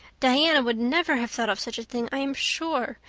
diana would never have thought of such a thing, i am sure.